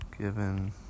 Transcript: given